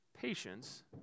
patience